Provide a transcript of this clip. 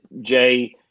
Jay